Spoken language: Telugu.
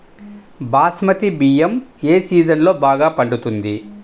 బాస్మతి బియ్యం ఏ సీజన్లో బాగా పండుతుంది?